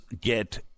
get